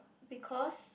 because